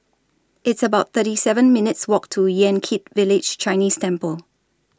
It's about thirty seven minutes' Walk to Yan Kit Village Chinese Temple